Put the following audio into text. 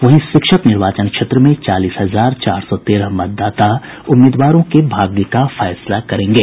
वहीं शिक्षक निर्वाचन क्षेत्र में चालीस हजार चार सौ तेरह मतदाता उम्मीदवारों के भाग्य का फैसला करेंगे